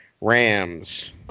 Rams